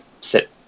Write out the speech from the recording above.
sit